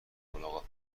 ملاقات